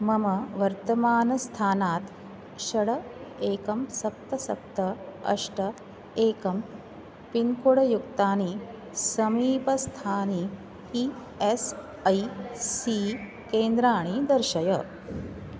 मम वर्तमानस्थानात् षट् एकं सप्त सप्त अष्ट एकं पिन्कोड् युक्तानि समीपस्थानि ई एस् ऐ सी केन्द्राणि दर्शय